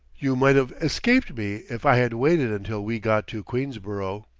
you might've escaped me if i had waited until we got to queensborough.